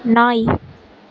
நாய்